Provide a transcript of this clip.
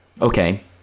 Okay